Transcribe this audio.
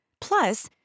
Plus